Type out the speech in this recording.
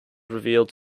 revealed